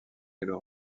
gallo